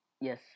Yes